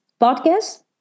podcast